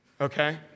okay